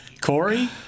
Corey